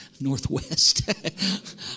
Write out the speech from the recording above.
northwest